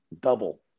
double